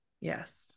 Yes